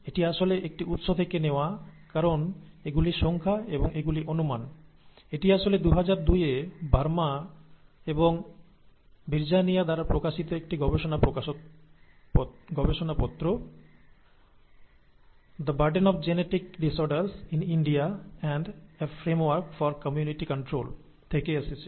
এটি আসলে একটি উৎস থেকে নেওয়া কারণ এগুলির সংখ্যা এবং এগুলির অনুমান এটি আসলে 2002 এ Verma and Bijarnia দ্বারা প্রকাশিত একটি গবেষণাপত্র 'The Burden of Genetic Disorders in India and a Framework for Community Control' থেকে এসেছে